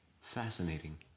Fascinating